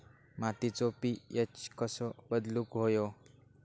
मातीचो पी.एच कसो बदलुक होयो?